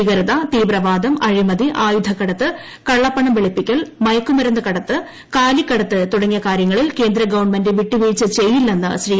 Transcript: ഭീകരത തീവ്രവാദം അഴിമതി ആയുധക്കടത്ത് കള്ളപ്പണം വെളുപ്പിക്കൽ മയക്ക് മരുന്ന് കടത്ത് കാലിക്കടത്ത് തുടങ്ങിയ കാര്യങ്ങളിൽ കേന്ദ്ര ഗവൺമെന്റ വിട്ടുവീഴ്ച ചെയ്യില്ലെന്ന് ശ്രീ